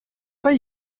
pas